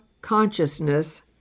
consciousness